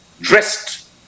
dressed